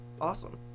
Awesome